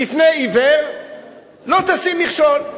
בפני עיוור לא תשים מכשול.